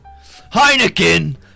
Heineken